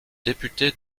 député